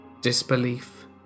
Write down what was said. disbelief